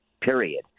period